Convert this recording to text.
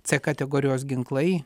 c kategorijos ginklai